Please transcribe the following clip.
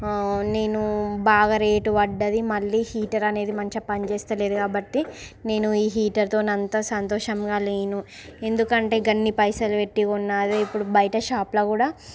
నేను బాగా రేట్ పడింది మళ్ళీ హీటర్ అనేది మంచిగా పని చేస్తలేదు కాబట్టి నేను ఈ హీటర్తో అంత సంతోషంగా లేను ఎందుకంటే అన్ని పైసలు పెట్టి కొన్నాను అదే ఇప్పుడు బయట షాప్లో కూడా